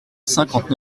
cinquante